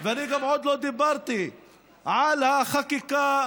ואני עוד לא דיברתי על החקיקה